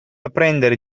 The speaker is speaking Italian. apprendere